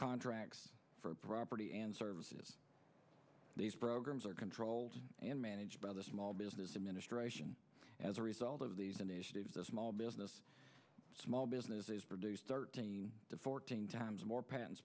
contracts for property and services these programs are controlled and managed by the small business administration as a result of these initiatives the small business small businesses produce thirteen to fourteen times more pa